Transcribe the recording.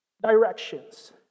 directions